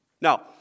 Now